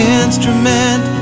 instrument